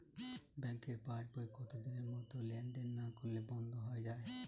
ব্যাঙ্কের পাস বই কত দিনের মধ্যে লেন দেন না করলে বন্ধ হয়ে য়ায়?